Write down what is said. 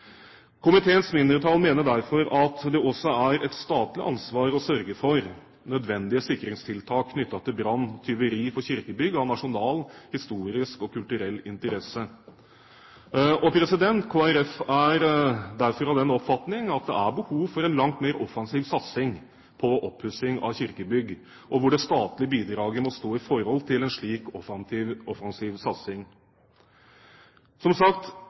Komiteens mindretall mener derfor at det også er et statlig ansvar å sørge for nødvendige sikringstiltak knyttet til brann og tyveri for kirkebygg av nasjonal, historisk og kulturell interesse. Kristelig Folkeparti er også av den oppfatning at det er behov for en langt mer offensiv satsing på oppussing av kirkebygg, og hvor det statlige bidraget må stå i forhold til en slik offensiv satsing. Som sagt: